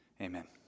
Amen